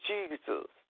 Jesus